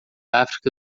áfrica